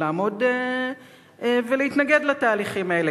לעמוד ולהתנגד לתהליכים האלה,